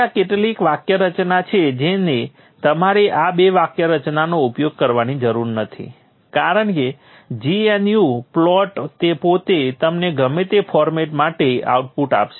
તેથી આ કેટલીક વાક્યરચના છે જેને તમારે આ બે વાક્યરચનાનો ઉપયોગ કરવાની જરૂર નથી કારણ કે gnu પ્લોટ પોતે તમને ગમે તે ફોર્મેટ માટે આઉટપુટ આપશે